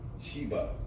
Sheba